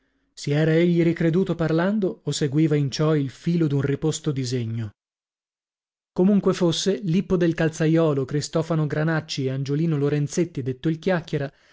si era egli ricreduto parlando o seguiva in ciò il filo d'un riposto disegno comunque fosse lippo del calzaiolo cristofano granacci e angiolino lorenzetti detto il chiacchiera